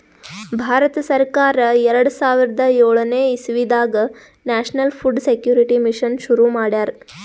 ಭಾರತ ಸರ್ಕಾರ್ ಎರಡ ಸಾವಿರದ್ ಯೋಳನೆ ಇಸವಿದಾಗ್ ನ್ಯಾಷನಲ್ ಫುಡ್ ಸೆಕ್ಯೂರಿಟಿ ಮಿಷನ್ ಶುರು ಮಾಡ್ಯಾರ್